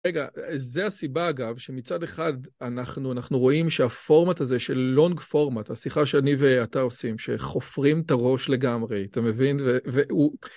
רגע, זו הסיבה אגב, שמצד אחד אנחנו רואים שהפורמט הזה של לונג פורמט, השיחה שאני ואתה עושים, שחופרים את הראש לגמרי, אתה מבין?